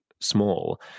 small